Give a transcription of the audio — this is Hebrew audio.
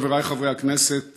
חבריי חברי הכנסת,